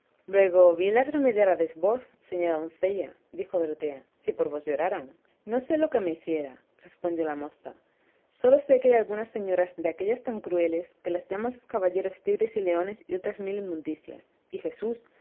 luego bien las remediárades vos señora doncella dijo dorotea si por vos lloraran no sé lo que me hiciera respondió la moza sólo sé que hay algunas señoras de aquéllas tan crueles que las llaman sus caballeros tigres y leones y otras mil inmundicias y jesús